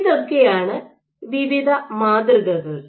ഇതൊക്കെയാണ് വിവിധ മാതൃകകൾ